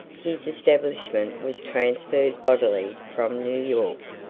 his establishment was transferred bodily from new york,